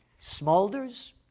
Smolders